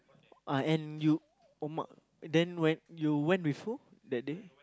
ah and you uh ma~ then when you went with who that day